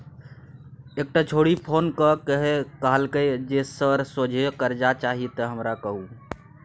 एकटा छौड़ी फोन क कए कहलकै जे सर सोझे करजा चाही त हमरा कहु